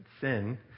sin